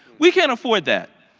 we can't afford that.